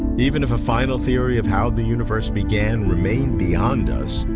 even if a final theory of how the universe began remained beyond us,